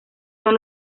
son